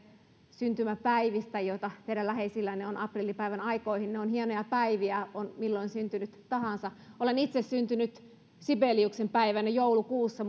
syntymäpäivistä joita teidän läheisillänne on aprillipäivän aikoihin ne ovat hienoja päiviä on syntynyt milloin tahansa olen itse syntynyt sibeliuksen päivänä joulukuussa